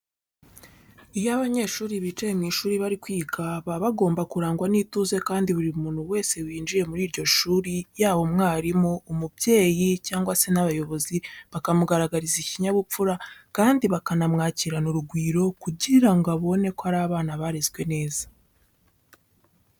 Iyo abanyeshuri bicaye mu ishuri bari kwiga baba bagomba kurangwa n'ituze kandi buri muntu wese winjiye muri iryo shuri yaba umwarimu, umubyeyi cyangwa se n'abayobozi bakamugaragariza ikinyabupfura kandi bakamwakirana urugwiro kugira ngo abone ko ari abana barezwe neza.